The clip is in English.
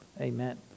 amen